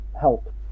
help